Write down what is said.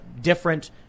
different